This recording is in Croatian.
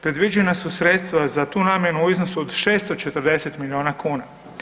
Predviđane su sredstva za tu namjenu u iznosu od 640 milijuna kuna.